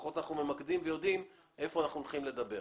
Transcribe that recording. לפחות אנחנו ממקדים ויודעים היכן אנחנו הולכים לדבר.